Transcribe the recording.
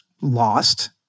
lost